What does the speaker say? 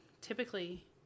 typically